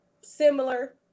similar